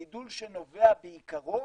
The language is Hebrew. גידול שנובע בעיקרו